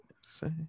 Say